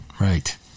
right